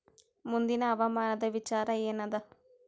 ಮುಂದಿನ ಹವಾಮಾನದ ವಿಚಾರ ಏನದ?